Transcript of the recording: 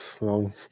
long